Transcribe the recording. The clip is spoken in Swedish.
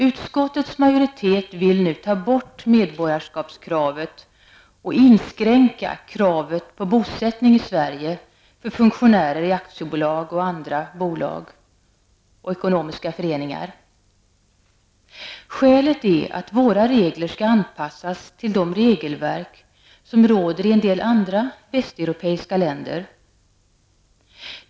Utskottets majoritet vill nu ta bort medborgarskapskravet och inskränka kravet på bosättning i Sverige för funktionärer i aktiebolag och andra bolag och i ekonomiska föreningar. Skälet är att våra regler skall anpassas till de regelverk som råder i en del andra västeuropeiska länder.